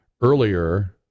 earlier